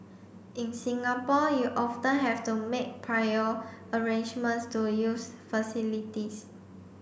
in Singapore you often have to make prior arrangements to use facilities